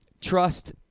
trust